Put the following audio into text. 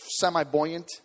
semi-buoyant